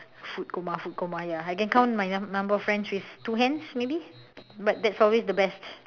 food coma food coma ya I can count my num~ number of friends with two hands maybe but that's always the best